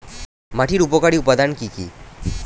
মাটির উপকারী উপাদান কি কি?